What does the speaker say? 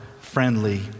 friendly